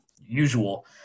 usual